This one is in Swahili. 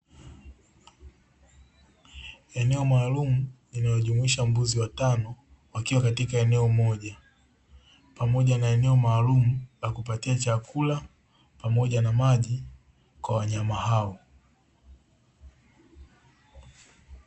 Eneo maalumu linalojumuisha mbuzi watano wakiwa katika eneo moja, pamoja na eneo maalumu la kupatia chakula pamoja na maji kwa wanyama hao.